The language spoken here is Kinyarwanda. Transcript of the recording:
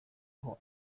aho